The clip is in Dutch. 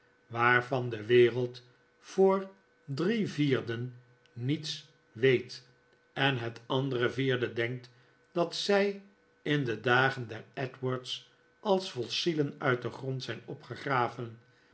waarvan de wereld voor drie vierden niets weet en het andere vierde denkt dat zij in de dagen der edwards als fossielen uit den grond zijn opgegraven